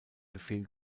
befehl